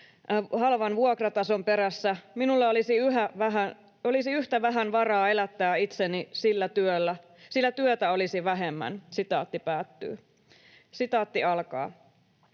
halvan vuokratason perässä, minulla olisi yhtä vähän varaa elättää itseni, sillä työtä olisi vähemmän.” ”Asumistukemme, noin 150 euroa,